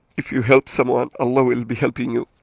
if you help someone, allah will be helping you.